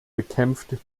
bekämpft